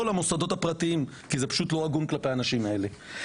למוסדות הפרטיים כי זה לא הגון כלפי האנשים האלו.